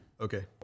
Okay